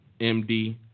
MD